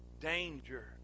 danger